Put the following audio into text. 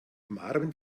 marvin